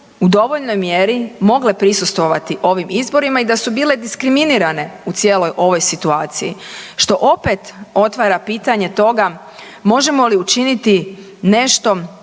u dovoljnoj mjeri mogle prisustvovati ovim izborima i da su bile diskriminirane u cijeloj ovoj situaciji što opet otvara pitanje toga možemo li učinit nešto